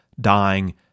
dying